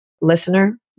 listener